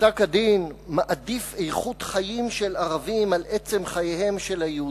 פסק-הדין מעדיף איכות חיים של ערבים על עצם חייהם של היהודים.